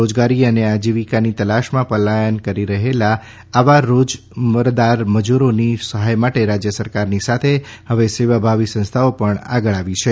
રોજગારી અને આજીવિકાની તલાશમાં પલાયન કરી રહેલા આવા રોજમદાર મજદૂરોની સહાય માટે રાજ્ય સરકારની સાથે હવે સેવા ભાવિ સંસ્થાઓ પણ આગળ આવી છે